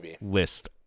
list